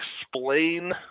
explain